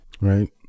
right